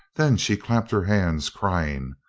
then she clapped her hands, crying,